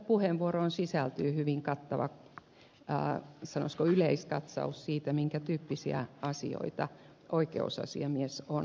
puheenvuoroon sisältyy hyvin kattava yleiskatsaus siitä minkä tyyppisiä asioita oikeusasiamies on ratkaissut